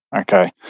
okay